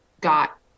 got